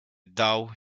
dał